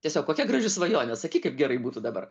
tiesiog kokia graži svajonė sakyk kaip gerai būtų dabar